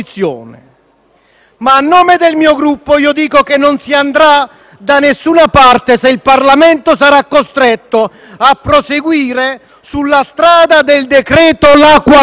A nome del mio Gruppo, dico però che non si andrà da nessuna parte se il Parlamento sarà costretto a proseguire sulla strada del "decreto La Qualunque",